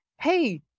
hey